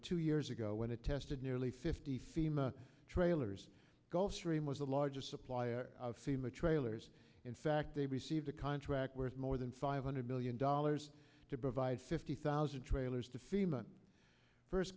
two years ago when it tested nearly fifty fema trailers gulfstream was the largest supplier of fema trailers in fact they received a contract worth more than five hundred million dollars to provide fifty thousand trailers to fema first